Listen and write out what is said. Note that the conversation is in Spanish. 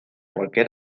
cualquier